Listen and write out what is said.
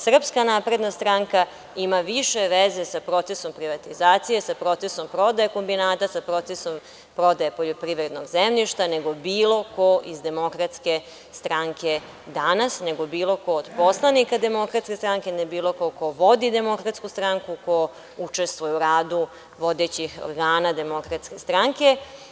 Srpska napredna stranka ima više veze sa procesom privatizacije, sa procesom prodaje kombinata, sa procesom prodaje poljoprivrednog zemljišta, nego bilo ko iz Demokratske stranke danas, nego bilo ko od poslanika Demokratske stranke, nego bilo ko ko vodi Demokratsku stranku, ko učestvuje u radu vodećih organa Demokratske stranke.